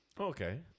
okay